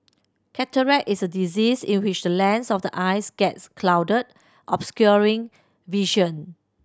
cataract is a disease in which the lens of the eyes gets clouded obscuring vision